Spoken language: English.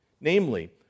Namely